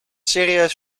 serieus